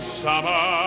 summer